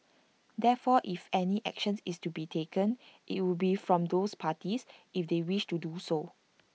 therefore if any action is to be taken IT would be from those parties if they wish to do so